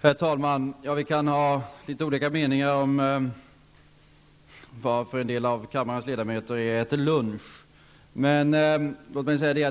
Herr talman! Vi kan ha litet olika meningar om varför en del av kammarens ledamöter är och äter lunch.